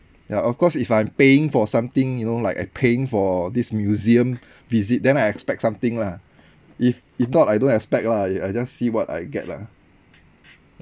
ya of course if I'm paying for something you know like I paying for this museum visit then I expect something lah if if not I don't expect lah I I just see what I get lah